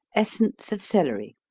essence of celery.